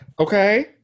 Okay